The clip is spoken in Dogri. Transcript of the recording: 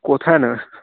कुत्थै न